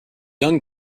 young